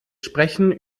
sprechen